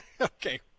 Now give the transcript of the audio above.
Okay